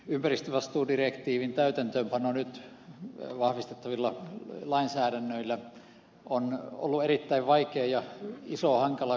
ympäristövastuudirektiivin täytäntöönpano nyt vahvistettavilla lainsäädännöillä on ollut erittäin vaikea ja iso hankala kokonaisuus